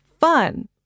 fun